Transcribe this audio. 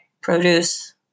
produce